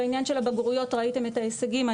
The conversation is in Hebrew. בעניין של הבגרויות ראיתם את ההישגים,